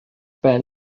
ben